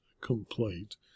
complaint